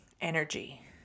energy